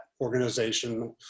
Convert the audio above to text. organization